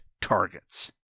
targets